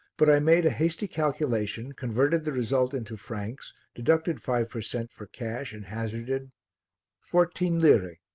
but i made a hasty calculation, converted the result into francs, deducted five per cent. for cash and hazarded fourteen lire.